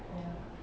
ya